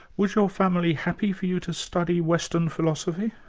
was your family happy for you to study western philosophy?